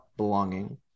belonging